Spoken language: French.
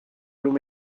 long